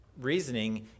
reasoning